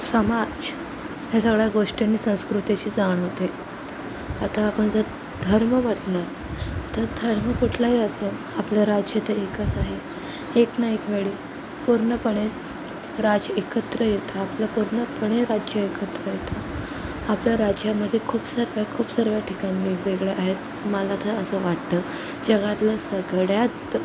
समाज हे सगळ्या गोष्टींनी संस्कृतीची जाण होते आता आपण जर धर्म म्हटलं तर धर्म कुठलाही असो आपलं राज्य तर एकच आहे एक न एकवेळी पूर्णपणेच राज एकत्र येतं आपलं पूर्णपणे राज्य एकत्र येतं आपल्या राज्यामध्ये खूप सर्व खूप सर्व ठिकाण वेगवेगळे आहेत मला तर असं वाटतं जगातलं सगळ्यात